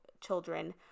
children